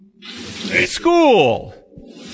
School